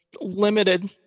limited